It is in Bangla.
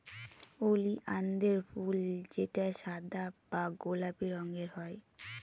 ওলিয়ানদের ফুল যেটা সাদা বা গোলাপি রঙের হয়